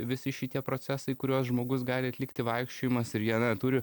visi šitie procesai kuriuos žmogus gali atlikti vaikščiojimas ir jie na turi